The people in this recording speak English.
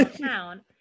town